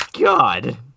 god